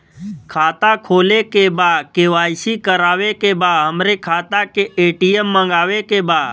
खाता खोले के बा के.वाइ.सी करावे के बा हमरे खाता के ए.टी.एम मगावे के बा?